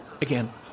Again